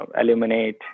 eliminate